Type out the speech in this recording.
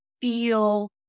feel